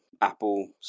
Apple